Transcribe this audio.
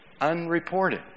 unreported